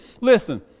Listen